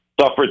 suffered